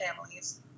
families